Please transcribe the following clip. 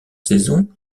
saison